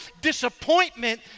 disappointment